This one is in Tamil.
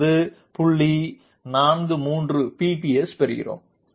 43 pps பெறுகிறோம்